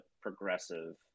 progressive